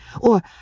Or